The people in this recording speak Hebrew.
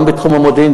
גם בתחום המודיעין,